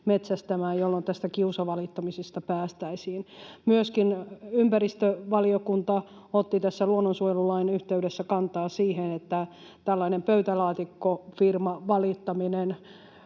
metsästämään, jolloin tästä kiusavalittamisesta päästäisiin. Myöskin ympäristövaliokunta otti tässä luonnonsuojelulain yhteydessä kantaa siihen, että tällaista pöytälaatikkofirmavalittamista,